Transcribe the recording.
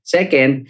Second